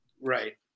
Right